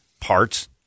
parts